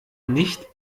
nicht